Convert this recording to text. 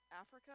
Africa